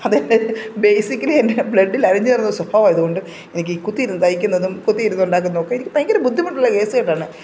അതെന്റെ ബേസിക്കലി എൻ്റെ ബ്ലഡിൽ അലിഞ്ഞ് ചേർന്ന സ്വഭാവമായതുകൊണ്ട് എനിക്കീ കുത്തിയിരുന്ന് തയ്ക്കലൊന്നും കുത്തിയിരുന്നുണ്ടാക്കുന്നതൊക്കെ എനിക്ക് ഭയങ്കര ബുദ്ധിമുട്ടുള്ള കേസുകെട്ടാണ്